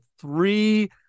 three